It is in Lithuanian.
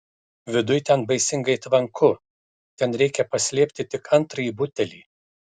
viduj ten baisingai tvanku ten reikia paslėpti tik antrąjį butelį